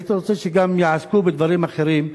והייתי רוצה שגם יעסקו בדברים אחרים.